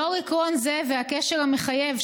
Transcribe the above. לאור עיקרון זה והקשר המחייב,